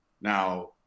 now